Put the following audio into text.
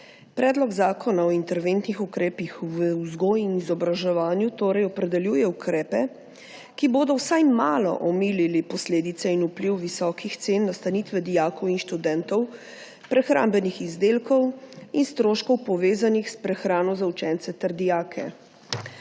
Predlog zakona o interventnih ukrepih v vzgoji in izobraževanju opredeljuje ukrepe, ki bodo vsaj malo omilili posledice in vpliv visokih cen nastanitve dijakov in študentov, prehrambnih izdelkov in stroškov, povezanih s prehrano za učence ter dijake.